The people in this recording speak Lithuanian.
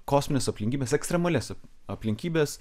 kosmines aplinkybes ekstremalias aplinkybes